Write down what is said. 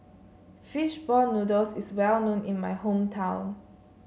fish ball noodles is well known in my hometown